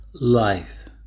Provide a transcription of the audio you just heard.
life